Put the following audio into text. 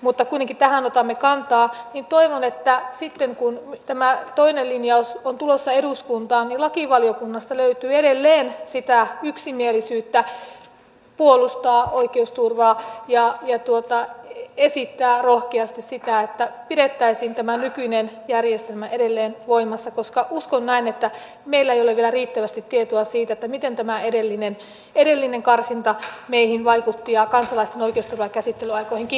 mutta johon kuitenkin otamme kantaa nyt lakivaliokuntaan tulee niin sitten kun tämä toinen linjaus on tulossa eduskuntaan niin lakivaliokunnasta löytyy edelleen sitä yksimielisyyttä puolustaa oikeusturvaa ja esittää rohkeasti sitä että pidettäisiin tämä nykyinen järjestelmä edelleen voimassa koska uskon näin että meillä ei ole vielä riittävästi tietoa siitä miten tämä edellinen karsinta vaikutti meihin ja kansalaisten oikeusturvaan ja käsittelyaikoihin